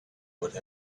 would